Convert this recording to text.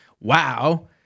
Wow